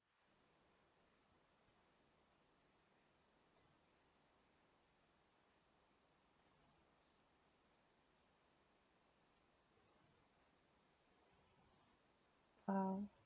!wow!